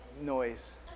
noise